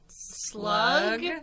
Slug